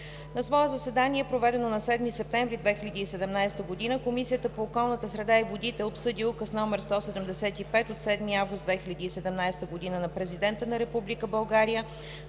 На свое заседание, проведено на 7 септември 2017 г., Комисията по околната среда и водите обсъди Указ № 175 от 7 август 2017 г. на Президента на